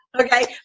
Okay